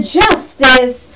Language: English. justice